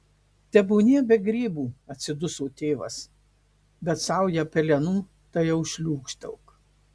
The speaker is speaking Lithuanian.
tebūnie be grybų atsiduso tėvas bet saują pelenų tai jau šliūkštelk